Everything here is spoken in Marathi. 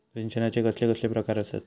सिंचनाचे कसले कसले प्रकार आसत?